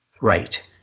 Right